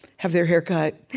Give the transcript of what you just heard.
have their hair cut,